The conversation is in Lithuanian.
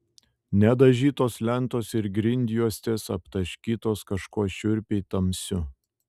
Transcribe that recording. nedažytos lentos ir grindjuostės aptaškytos kažkuo šiurpiai tamsiu